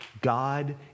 God